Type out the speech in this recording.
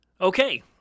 Okay